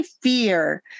fear